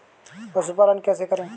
पशुपालन कैसे करें?